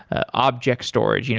object storage. you know